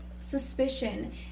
suspicion